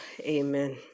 amen